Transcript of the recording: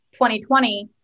2020